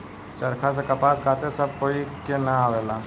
चरखा से कपास काते सब कोई के ना आवेला